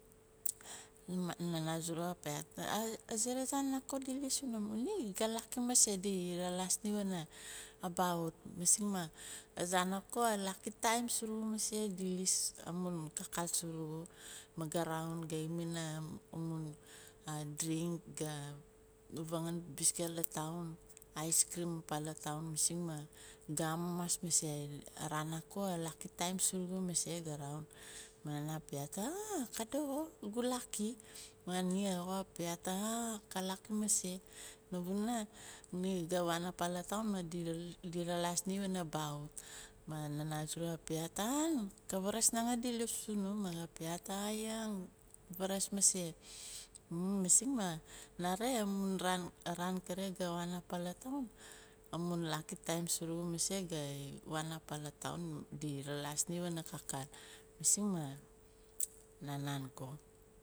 Nana surugu ka piaat azere zaan, nako di liis sunum maah ni ga laki mase di valaas ni wana abaxut masing maah azaan nako alaki taim surugu mase di liis amun kakal surugu maah ga raun ga himin amun drink ga vangan biscuit la town, ice cream pala town masing maah ga amamas mase, araan nako alaki taim surugu mase ga raun maah nana ka piaat, eh ka doxo, gu laki maah nixo ga piaat, ga laki mase panavuna ga waan apa la town di ralaas ni pana baxut maah nana surugu ka piaat, han ka vaaras nanqgaa dis liis sunum maah ga piaat, ayaang ka vavacs mase masing maah nare amun vaan. Araan ga waan la town amun laki taim surugu mase gaie waan apa la town di valaas ni pana kakal masing maah nan ko.